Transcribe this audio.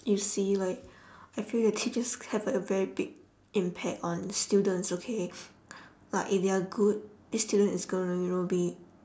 you see like I feel that teachers have like a very big impact on students okay like if you're good the student is gonna you know be